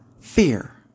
Fear